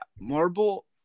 Marble